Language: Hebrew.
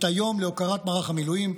את יום מערך המילואים.